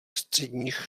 středních